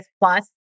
plus